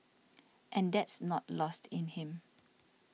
and that's not lost in him